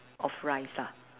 of rice lah